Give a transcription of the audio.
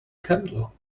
candle